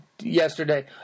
yesterday